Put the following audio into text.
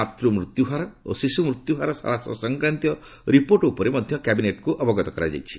ମାତୃ ମୃତ୍ୟୁହାର ଓ ଶିଶୁ ମୃତ୍ୟୁହାର ହ୍ରାସ ସଂକ୍ରାନ୍ତୀୟ ରିପୋର୍ଟ ସଂକ୍ରାନ୍ତରେ ମଧ୍ୟ କ୍ୟାବିନେଟ୍କୁ ଅ ଅବଗତ କରାଯାଇଛି